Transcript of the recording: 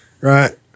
right